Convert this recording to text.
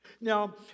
Now